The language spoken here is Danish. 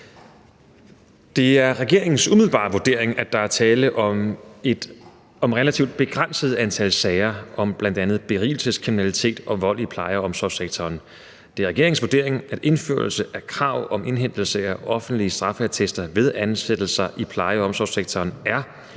Det er regeringens umiddelbare vurdering, at der er tale om et relativt begrænset antal sager om bl.a. berigelseskriminalitet og vold i pleje- og omsorgssektoren. Det er regeringens vurdering, at indførelse af krav om indhentelse af offentlige straffeattester ved ansættelser i pleje- og omsorgssektoren er